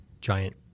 giant